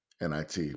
NIT